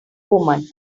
woman